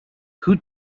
who